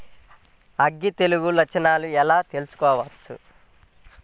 అగ్గి తెగులు లక్షణాలను ఎలా తెలుసుకోవచ్చు?